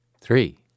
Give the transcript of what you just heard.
three